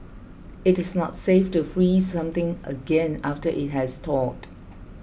it is not safe to freeze something again after it has thawed